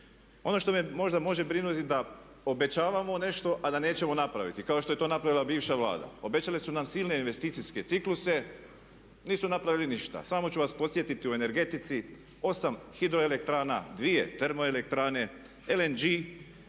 Ono što me možda može brinuti da obećavamo nešto a da nećemo napraviti kao što je to napravila bivša Vlada. Obećali su nam silne investicijske cikluse, nisu napravili ništa. Samo ću vas podsjetiti u energetici 8 hidroelektrana, dvije termoelektrane, LNG